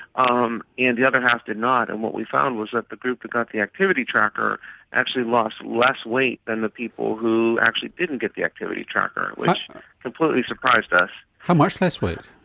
um and the other half did not. and what we found was that the group that got the activity tracker actually lost less weight than the people who actually didn't get the activity tracker, which completely surprised us. how much less weight?